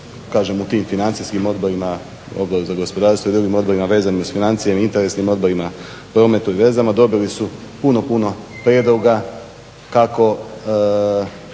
u tim Financijskih odborima, Odbor za gospodarstvo i drugim odborima vezanim uz financije ili interesnim odborima, prometu i vezama, dobili su puno, puno prijedloga kako